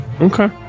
Okay